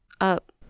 up